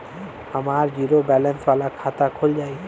हमार zero balance वाला खाता खुल जाई?